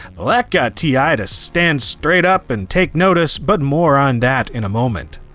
well, that got ti yeah to stand straight up and take notice, but more on that in a moment.